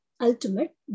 ultimate